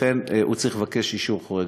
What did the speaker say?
לכן הוא צריך לבקש אישור חורג.